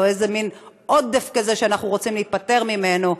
או איזה מין עודף כזה שאנחנו רוצים להיפטר ממנו,